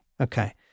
Okay